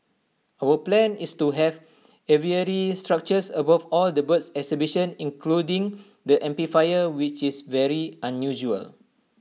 our plan is to have aviary structures above all the bird exhibition including the amphitheatre which is very unusual